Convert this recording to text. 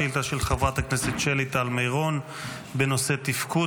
שאילתה של חברת הכנסת שלי טל מירון בנושא תפקוד